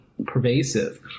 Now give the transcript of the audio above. pervasive